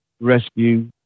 rescue